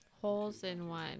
Holes-in-one